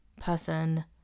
person